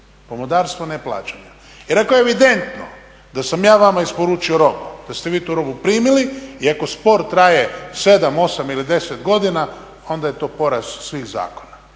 pomodarstvo neplaćanja. Jer ako je evidentno da sam ja vama isporučio robu, da ste vi tu robu primili i ako spor traje 7,8 ili 10 godina onda je to poraz svih zakona,